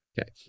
Okay